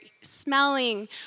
smelling